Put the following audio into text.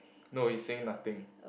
no he's saying nothing